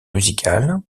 musicale